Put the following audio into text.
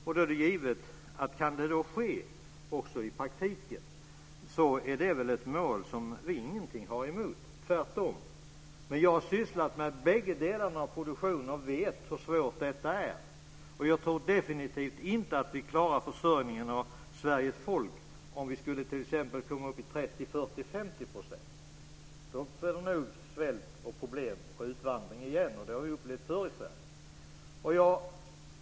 Det är givet att om det också kan ske i praktiken är det ett mål som vi inte har något emot. Tvärtom. Jag har sysslat med bägge sorterna av produktion. Jag vet hur svårt det är. Jag tror definitivt inte att vi klarar försörjningen av Sveriges folk om vi t.ex. skulle komma upp i 30 %, 40 % eller 50 %. Då blir det nog svält, problem och utvandring igen. Det har vi upplevt förr i Sverige.